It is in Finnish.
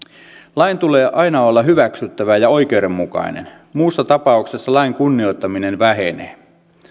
lain tulee aina olla hyväksyttävä ja oikeudenmukainen muussa tapauksessa lain kunnioittaminen vähenee